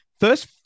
first